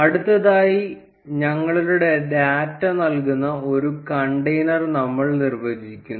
അടുത്തതായി ഞങ്ങളുടെ ഡാറ്റ നൽകുന്ന ഒരു കണ്ടെയ്നർ നമ്മൾ നിർവ്വചിക്കുന്നു